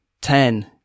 Ten